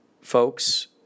folks